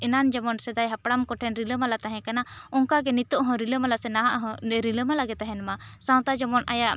ᱮᱱᱟᱝ ᱡᱮᱢᱚᱱ ᱥᱮᱫᱟᱭ ᱦᱟᱯᱲᱟᱢ ᱠᱚᱴᱷᱮᱱ ᱨᱤᱞᱟᱹ ᱢᱟᱞᱟ ᱛᱟᱦᱮᱸ ᱠᱟᱱᱟ ᱚᱱᱠᱟ ᱜᱮ ᱱᱤᱛᱚᱜ ᱦᱚᱸ ᱨᱤᱞᱟᱹᱢᱟᱞᱟ ᱥᱮ ᱱᱟᱦᱟᱜ ᱦᱚᱸ ᱨᱤᱞᱟᱹᱢᱟᱞᱟ ᱜᱮ ᱛᱟᱦᱮᱱ ᱢᱟ ᱥᱟᱶᱛᱟ ᱡᱮᱢᱚᱱ ᱟᱭᱟᱜ